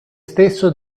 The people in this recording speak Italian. stesso